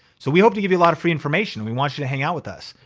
so we hope to give you a lot of free information and we want you to hang out with us.